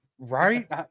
right